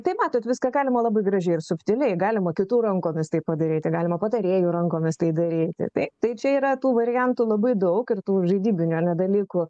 tai matot viską galima labai gražiai ir subtiliai galima kitų rankomis tai padaryti galima patarėjų rankomis tai daryti taip tai čia yra tų variantų labai daug ir tų žaidybinių ane dalykų